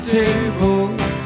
tables